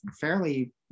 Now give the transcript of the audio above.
fairly